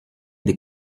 des